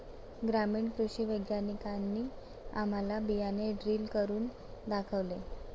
ग्रामीण कृषी वैज्ञानिकांनी आम्हाला बियाणे ड्रिल करून दाखवले